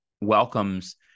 welcomes